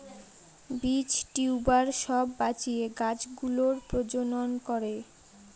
বীজ, টিউবার সব বাঁচিয়ে গাছ গুলোর প্রজনন করে